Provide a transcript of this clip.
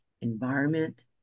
environment